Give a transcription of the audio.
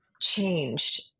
changed